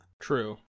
True